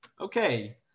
Okay